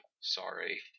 Sorry